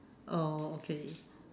oh okay